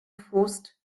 forced